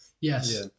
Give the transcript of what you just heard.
Yes